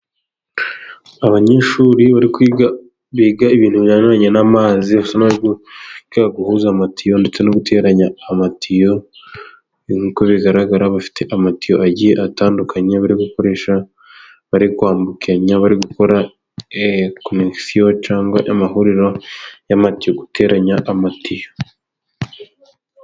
Abanyeshuri bari kwiga biga ibintu bijyaniranye n'amazi no guhuza amatiyo ndetse no guteranya amatiyo. Uko bigaragara bafite amatiyo agiye atandukanye bari gukoresha bari kwambukenya bari gukora konegisiyo cyangwa amahuriro y'amatiyo, guteranya amatiyo.